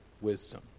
wisdom